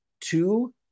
Two